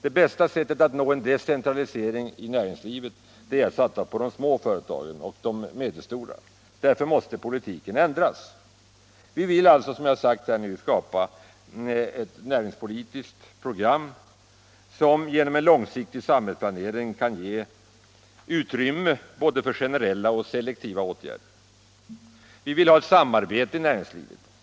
Det bästa sättet att nå en decentralisering av näringslivet är att satsa på de små och medelstora företagen. Därför måste politiken ändras. Vi vill, som jag sagt, skapa ett näringspolitiskt program som genom långsiktig samhällsplanering kan ge utrymme för både selektiva och generella åtgärder. Vi vill ha ett samarbete i näringslivet.